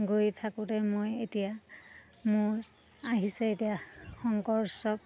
গৈ থাকোঁতে মই এতিয়া মোৰ আহিছে এতিয়া শংকৰ উৎসৱ